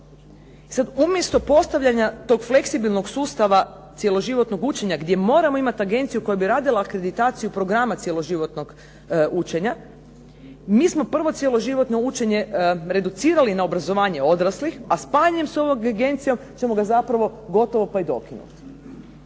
Sad umjesto postavljanja tog fleksibilnog sustava cjeloživotnog učenja gdje moramo imati agenciju koja bi radila akreditaciju programa cjeloživotnog učenja, mi smo prvo cjeloživotno učenje reducirali na obrazovanje odraslih, a spajanjem s ovom agencijom ćemo ga zapravo gotovo pa i dokinut.